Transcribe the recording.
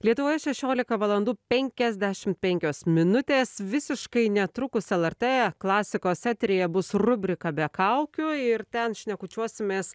lietuvoje šešiolika valandų penkiasdešim penkios minutės visiškai netrukus lrt klasikos eteryje bus rubrika be kaukių ir ten šnekučiuosimės